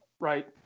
right